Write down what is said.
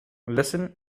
listen